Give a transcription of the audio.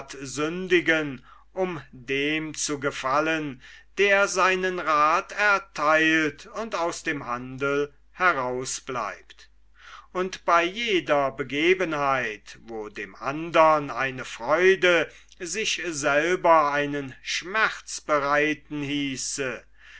sündigen um dem zu gefallen der seinen rath ertheilt und aus dem handel herausbleibt und bei jeder begebenheit wo dem andern eine freude sich selber einen schmerz bereiten hieße